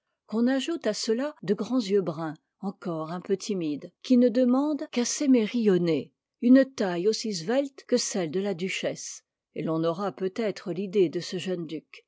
qu'on ajoute à cela de grands yeux bruns encore un peu timides qui ne demandent qu'à s'émerillonner une taille aussi svelte que celle de la duchesse et l'on aura peut-être l'idée de ce jeune duc